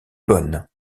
bonne